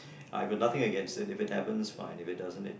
I've nothing against it if it happens it's fine if it doesn't